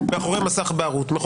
מסך בערות.